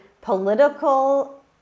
political